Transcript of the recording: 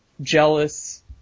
jealous